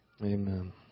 Amen